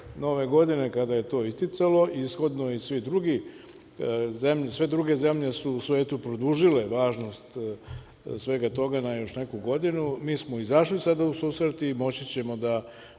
kada je to isticalo. Sve zemlje u svetu su produžile važnost svega toga na još neku godinu, mi smo izašli sada u susret i moći ćemo da